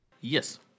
Yes